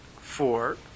four